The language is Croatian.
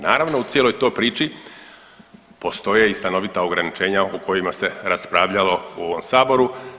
Naravno u cijeloj toj priči postoje i stanovita ograničenja o kojima se raspravljalo u ovom saboru.